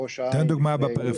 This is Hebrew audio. בראש העין --- תן דוגמה בפריפריה,